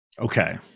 Okay